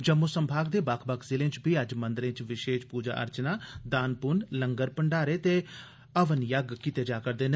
जम्मू संभाग दे बक्ख बक्ख जिलें च बी अज्ज मंदरें च विशेष पूजा अर्चना दान पुन्न लंगर भंडारे ते हवन यज्ञ कीते जा रदे न